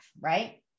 Right